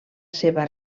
seva